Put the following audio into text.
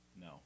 No